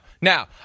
Now